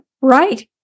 right